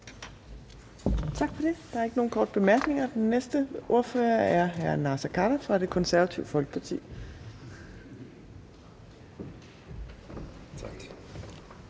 Tak for det. Der er ikke nogen korte bemærkninger. Den næste ordfører er hr. Naser Khader fra Det Konservative Folkeparti.